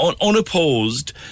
unopposed